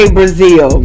Brazil